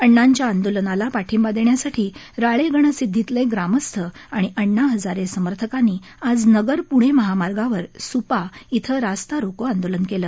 अण्णांच्या आंदोलनाला पाठिंबा देण्यासाठी राळेगणसिद्वीतले ग्रामस्थ आणि अण्णा हजारे समर्थकांनी आज नगर पुणे महामार्गावर सुपा इथं रास्तारोको आंदोलन केलं